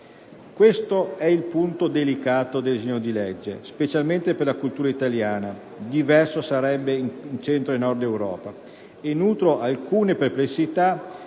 Questo è il punto delicato del disegno di legge, specialmente per la cultura italiana - diverso sarebbe nel Centro e nel Nord Europa - e nutro alcune perplessità